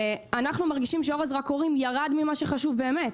אנחנו מרגישים שאור הזרקורים ירד ממה שחשוב באמת.